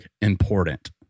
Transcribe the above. important